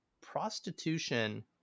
Prostitution